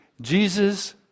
Jesus